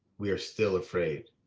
we are still afraid.